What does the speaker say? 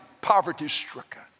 poverty-stricken